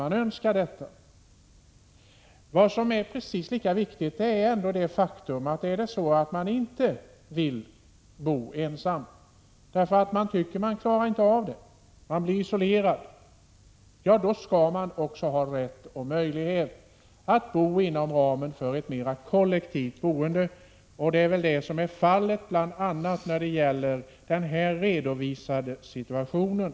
Men ett faktum som är lika viktigt är att man, om man inte vill bo ensam därför att man inte klarar av det och blir isolerad, då också skall ha rätt och möjlighet att bo inom ramen för ett mera kollektivt boende. Det är vadsom = Prot. 1986/87:121 gäller i den här redovisade situationen.